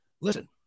Listen